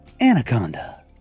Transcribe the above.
Anaconda